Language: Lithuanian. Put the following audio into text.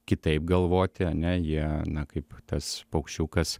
kitaip galvoti ane jie na kaip tas paukščiukas